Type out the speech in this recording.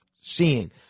seeing